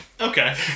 Okay